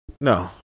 no